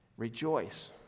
Rejoice